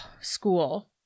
School